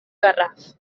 garraf